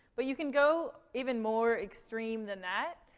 but you can go even more extreme than that,